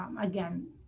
again